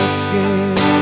skin